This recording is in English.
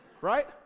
Right